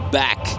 back